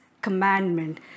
commandment